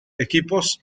equipos